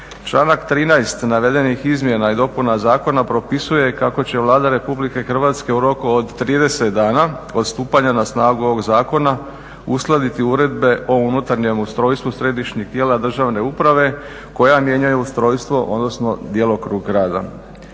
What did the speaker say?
Članak 13. navedenih izmjena i dopuna zakona propisuje kako će Vlada RH u roku od 30 dana od stupanja na snagu ovog zakona uskladiti Uredbe o unutarnjem ustrojstvu središnjih tijela državne uprave koja mijenjaju ustrojstvo odnosno djelokrug rada.